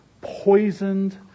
poisoned